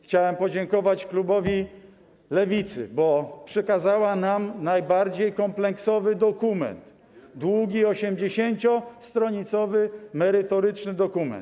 Chciałem podziękować klubowi Lewicy, bo przekazał nam najbardziej kompleksowy dokument, długi, 80-stronicowy merytoryczny dokument.